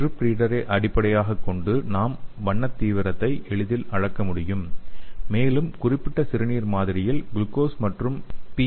strip ரீடரை அடிப்படையாகக் கொண்டு நாம் வண்ணத் தீவிரத்தை எளிதில் அளக்க முடியும் மேலும் குறிப்பிட்ட சிறுநீர் மாதிரியில் குளுக்கோஸ் மற்றும் பி